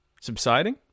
subsiding